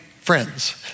friends